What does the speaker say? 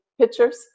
pictures